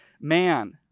man